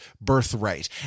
birthright